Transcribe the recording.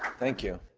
thank you.